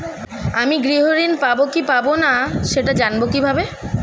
আমি গৃহ ঋণ পাবো কি পাবো না সেটা জানবো কিভাবে?